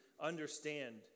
understand